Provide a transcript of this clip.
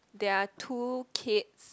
there are two kids